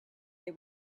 they